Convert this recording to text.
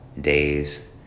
days